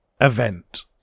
event